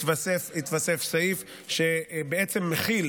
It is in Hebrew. התווסף סעיף שמחיל,